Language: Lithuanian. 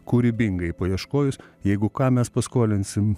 kūrybingai paieškojus jeigu ką mes paskolinsim